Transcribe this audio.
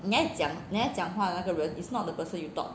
你在讲你在讲话的那个人 is not the person you thought